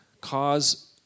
cause